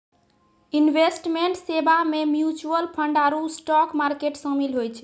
investment सेबा मे mutual fund आरु स्टाक मार्केट शामिल होय छै